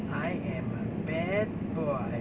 I am a bad boy